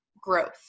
growth